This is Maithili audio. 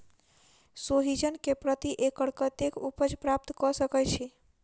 सोहिजन केँ प्रति एकड़ कतेक उपज प्राप्त कऽ सकै छी?